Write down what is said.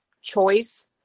choice